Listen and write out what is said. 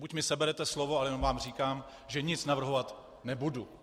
Buď mi seberete slovo, anebo vám říkám, že nic navrhovat nebudu.